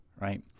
right